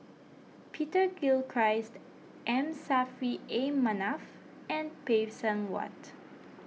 Peter Gilchrist M Saffri A Manaf and Phay Seng Whatt